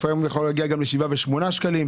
לפעמים זה יכול להגיע גם ל-7 ול-8 שקלים.